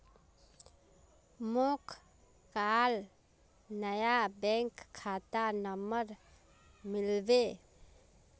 मोक काल नया बैंक खाता नंबर मिलबे